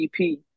EP